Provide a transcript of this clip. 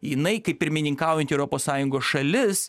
jinai kaip pirmininkaujanti europos sąjungos šalis